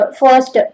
first